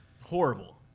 Horrible